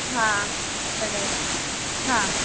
हां कढई हां